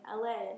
LA